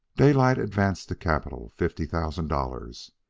daylight advanced the capital, fifty thousand dollars,